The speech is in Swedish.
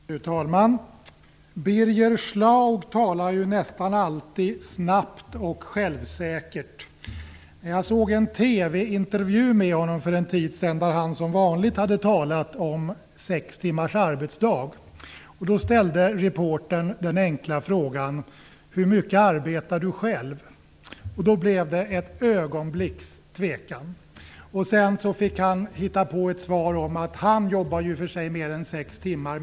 Fru talman! Birger Schlaug talar nästan alltid snabbt och självsäkert. Jag såg en TV-intervju med honom för en tid sedan där han som vanligt talade om sex timmars arbetsdag. Då ställde reportern den enkla frågan: Hur mycket arbetar du själv? Ett ögonblicks tvekan uppstod. Sedan fick Birger Schlaug hitta på ett svar. Han sade att han i och för sig jobbar mer än sex timmar.